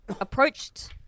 approached